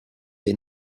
des